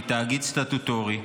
היא תאגיד סטטוטורי.